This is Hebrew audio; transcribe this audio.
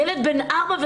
ילד בן ארבע,